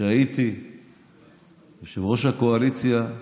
כשהייתי יושב-ראש הקואליציה,